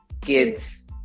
Kids